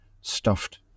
stuffed